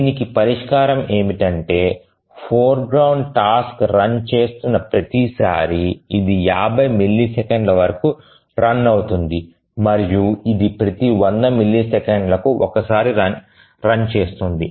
దీనికి పరిష్కారం ఏమిటంటే ఫోర్గ్రౌండ్ టాస్క్ రన్ చేస్తున్న ప్రతిసారీ ఇది 50 మిల్లీసెకన్ల వరకు రన్ అవుతుంది మరియు ఇది ప్రతి 100 మిల్లీసెకన్లకు ఒకసారి రన్ చేస్తుంది